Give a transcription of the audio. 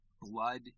blood